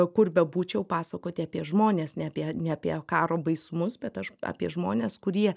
kur bebūčiau pasakoti apie žmones ne apie ne apie karo baisumus bet aš apie žmones kurie